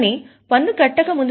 కాని పన్ను కట్టక ముందు